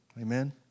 Amen